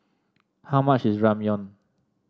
how much is Ramyeon